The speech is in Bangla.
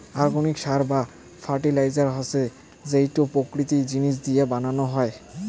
অর্গানিক সার বা ফার্টিলাইজার হসে যেইটো প্রাকৃতিক জিনিস দিয়া বানানো হই